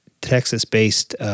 Texas-based